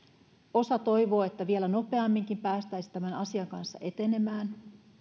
osa toivoo että vielä nopeamminkin päästäisiin tämän asian kanssa etenemään